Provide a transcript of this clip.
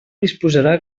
disposarà